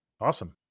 Awesome